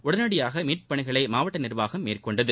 உடனடியாக மீட்பு பணிகளை மாவட்ட நிர்வாகம் மேற்கொண்டது